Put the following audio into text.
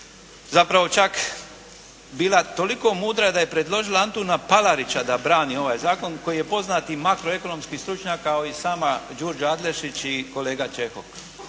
zapravo čak bila toliko mudra da je predložila Antuna Palarića da brani ovaj zakon koji je poznati makroekonomski stručnjak kao i sama Đurđa Adlešić i kolega Čehok.